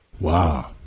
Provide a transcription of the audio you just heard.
Wow